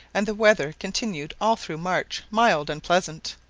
and the weather continued all through march mild and pleasant,